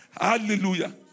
Hallelujah